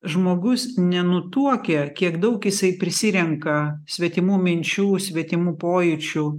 žmogus nenutuokia kiek daug jisai prisirenka svetimų minčių svetimų pojūčių